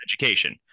education